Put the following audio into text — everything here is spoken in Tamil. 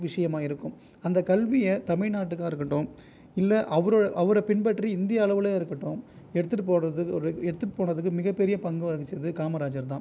விஷயமாக இருக்கும் அந்த கல்வியை தமிழ்நாட்டுக்காக இருக்கட்டும் இல்லை அவராே அவரை பின்பற்றி இந்திய அளவில் இருக்கட்டும் எடுத்துகிட்டு போகிறது எடுத்துகிட்டு போனதுக்கு மிகப்பெரிய பங்கு வகித்தது காமராஜர் தான்